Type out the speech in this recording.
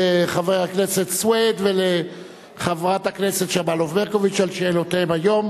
לחבר הכנסת סוייד ולחברת הכנסת שמאלוב-ברקוביץ על שאלותיהם היום.